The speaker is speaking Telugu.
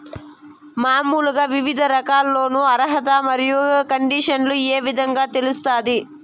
మామూలుగా వివిధ రకాల లోను అర్హత మరియు కండిషన్లు ఏ విధంగా తెలుస్తాది?